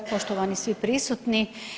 Poštovani svi prisutni.